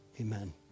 amen